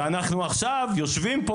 ואנחנו עכשיו יושבים פה,